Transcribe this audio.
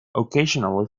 occasionally